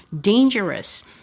dangerous